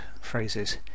phrases